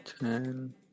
ten